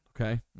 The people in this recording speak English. Okay